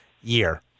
year